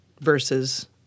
versus